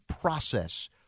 process